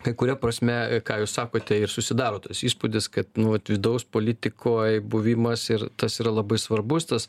kai kuria prasme ką jūs sakote ir susidaro tas įspūdis kad nu vat vidaus politikoj buvimas ir tas yra labai svarbus tas